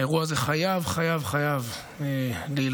האירוע זה חייב, חייב להילמד,